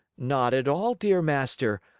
not at all, dear master.